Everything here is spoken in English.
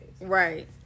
Right